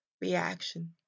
reaction